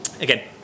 again